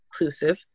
inclusive